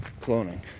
cloning